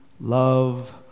love